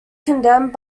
condemned